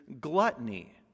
gluttony